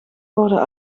worden